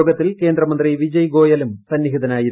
യോഗത്തിൽ കേന്ദ്രമന്ത്രി വിജയ് ഗോയലും സന്നിഹിതനായിരുന്നു